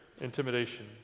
intimidation